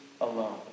alone